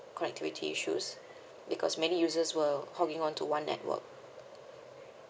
connectivity issues because many users were hogging on to one network